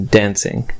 dancing